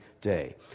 day